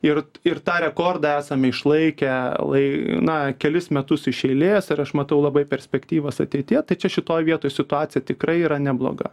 ir ir tą rekordą esam išlaikę lai na kelis metus iš eilės ir aš matau labai perspektyvas ateityje tai čia šitoj vietoj situacija tikrai yra nebloga